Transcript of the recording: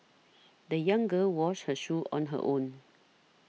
the young girl washed her shoes on her own